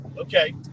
Okay